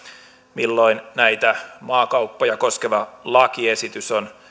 milloin näitä maakauppoja koskeva lakiesitys on